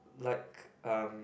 like um